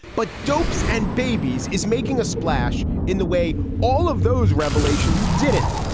but dopes and babies is making a splash in the way all of those revelations didn't,